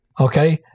okay